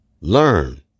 Learn